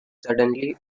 suddenly